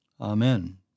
Amen